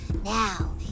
Now